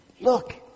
Look